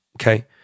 Okay